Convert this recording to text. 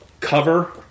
cover